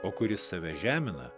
o kuris save žemina